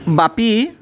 বাপী